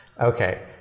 Okay